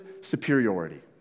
superiority